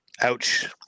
ouch